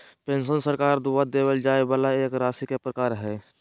pension सरकार द्वारा देबल जाय वाला एक राशि के प्रकार हय